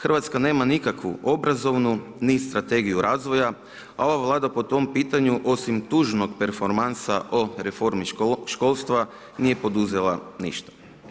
Hrvatska nema nikakvu obrazovnu ni strategiju razvoja, a ova Vlada po tom pitanju, osim tužnog performansa o reformi školstva nije poduzela ništa.